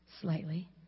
slightly